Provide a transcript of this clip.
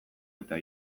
eta